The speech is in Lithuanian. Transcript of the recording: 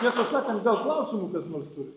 tiesą sakant gal klausimų kas nors turi